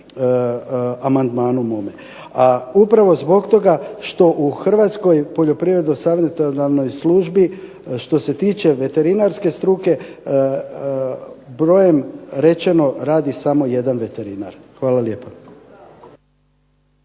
amandmanu mome. A upravo zbog toga što u Hrvatskoj poljoprivredno savjetodavnoj službi što se tiče veterinarske struke brojem rečeno radi samo 1 veterinar. Hvala lijepa.